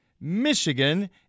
Michigan